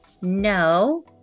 no